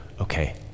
okay